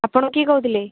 ଆପଣ କିଏ କହୁଥିଲେ